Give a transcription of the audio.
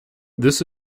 this